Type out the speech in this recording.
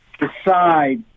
decide